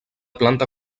planta